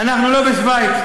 אנחנו לא בשווייץ,